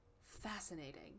Fascinating